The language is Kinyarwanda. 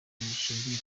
rishingiye